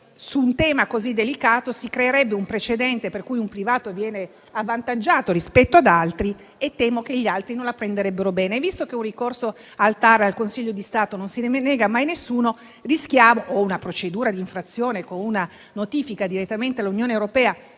su un tema così delicato si creerebbe un precedente per cui un privato viene avvantaggiato rispetto ad altri e temo che gli altri non la prenderebbero bene. Visto che un ricorso al TAR e al Consiglio di Stato, o una procedura di infrazione con una notifica direttamente all'Unione europea